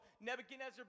Nebuchadnezzar